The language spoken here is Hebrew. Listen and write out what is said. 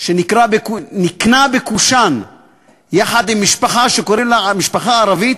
שנקנה בקושאן יחד עם משפחה ערבית